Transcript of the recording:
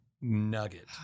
nugget